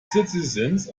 citizens